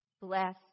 Bless